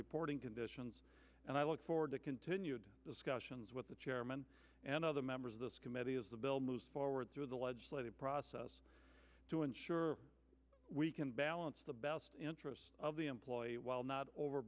reporting conditions and i look forward to continued discussions with the chairman and other members of this committee as the build through the legislative process to ensure we can balance the best interest of the employee while not over